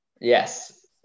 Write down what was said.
Yes